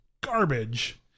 garbage